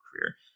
career